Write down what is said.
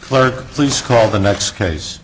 clerk please call the next case